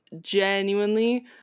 genuinely